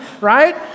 right